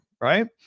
right